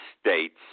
States